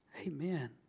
Amen